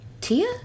tia